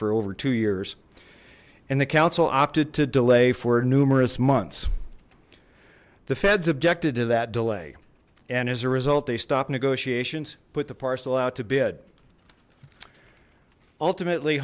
for over two years and the council opted to delay for numerous months the feds objected to that delay and as a result they stopped negotiations put the parcel out to bid ultimately